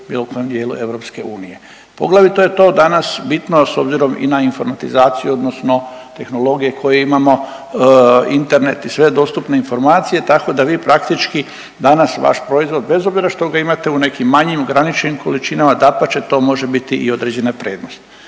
bilo kojem dijelu EU. Poglavito je to danas bitno s obzirom i na informatizaciju odnosno tehnologije koje imamo, internet i sve dostupne informacije, tako da vi praktički danas, vaš proizvod, bez obzira što ga imate u nekim manjim, ograničenim količinama, dapače, to može biti i određena prednost.